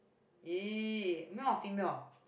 ee male or female